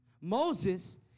Moses